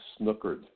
snookered